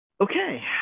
Okay